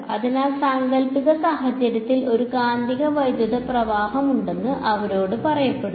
അതിനാൽ സാങ്കൽപ്പിക സാഹചര്യത്തിൽ ഒരു കാന്തിക വൈദ്യുത പ്രവാഹം ഉണ്ടെന്ന് അവരോട് പറയപ്പെടുന്നു